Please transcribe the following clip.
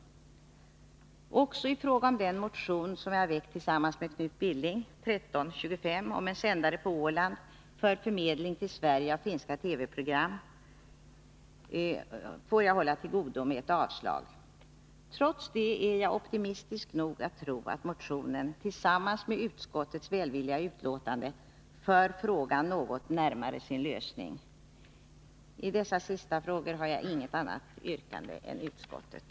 Också i fråga om den motion som jag väckt tillsammans med Knut Billing, nr 1325, om en sändare på Åland för förmedling till Sverige av finska TV-program, får jag hålla till godo med utskottets avslagsyrkande. Trots det är jag optimistisk nog att tro att motionen, tillsammans med utskottets betänkande, för frågan något närmare sin lösning. I dessa båda sista frågor har jag inget annat yrkande än utskottet.